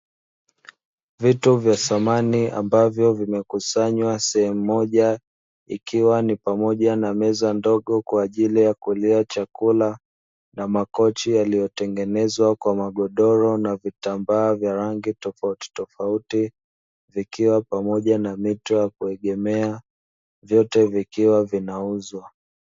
Vitu vya samani, ambavyo vimekusanywa sehemu moja, ikiwa ni pamoja na meza ndogo kwa ajili ya kulia chakula na makochi yaliyotengenezwa kwa magodoro na vitambaa vya rangi tofautitofauti, yakiwa pamoja na mito ya kuegemea, vyote vikiwa vinauzwa.